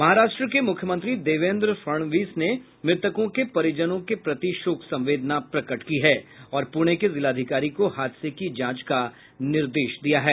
महाराष्ट्र के मुख्यमंत्री देवेन्द्र फड़णवीस ने मृतकों के परिजनों के प्रति शोक संवेदना प्रकट की है और पुणे के जिलाधिकारी को हादसे की जांच का निर्देश दिया है